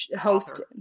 host